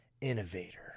innovator